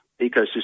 ecosystem